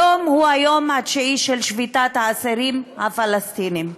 היום הוא היום התשיעי של שביתת האסירים הפלסטינים.